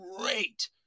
great